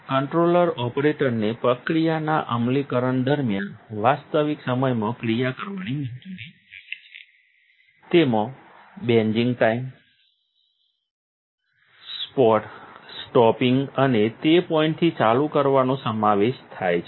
controller ઑપરેટરને પ્રક્રિયાના અમલીકરણ દરમિયાન વાસ્તવિક સમયમાં ક્રિયા કરવાની મંજૂરી આપે છે જેમાં બઝિંગ ટાઇમ સ્ટોપિંગ અને તે પોઈન્ટથી ચાલુ રાખવાનો સમાવેશ થાય છે